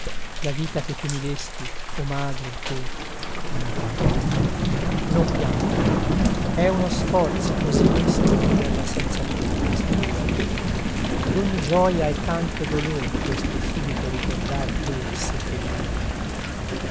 la vita che tu mi desti o madre tu non lamo non piangere è uno sforzo così mesto viverla senza te questa tua vita ad ogni gioia è tanto dolor questo subito ricordar te seppellita